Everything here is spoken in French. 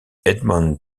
edmond